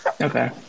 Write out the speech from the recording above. Okay